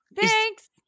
thanks